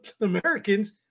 Americans